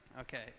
Okay